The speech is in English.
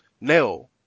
nail